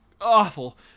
awful